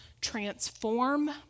transform